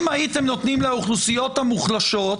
אם הייתם נותנים לאוכלוסיות המוחלשות,